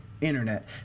internet